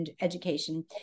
education